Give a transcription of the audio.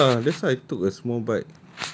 of course lah that's why I took a small bike